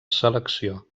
selecció